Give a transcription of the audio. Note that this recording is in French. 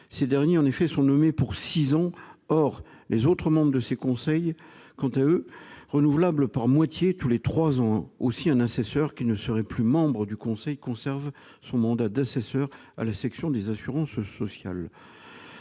Ces derniers sont nommés pour six ans. Or les autres membres de ces conseils sont, eux, renouvelables par moitié tous les trois ans. Aussi, un assesseur qui ne serait plus membre du conseil pourrait conserver son mandat d'assesseur à la section des assurances sociales.